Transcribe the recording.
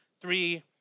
three